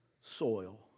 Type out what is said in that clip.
soil